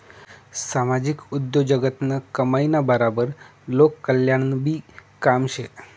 सामाजिक उद्योगजगतनं कमाईना बराबर लोककल्याणनंबी काम शे